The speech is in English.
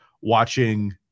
watching